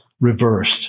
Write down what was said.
reversed